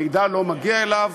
המידע לא מגיע אליו,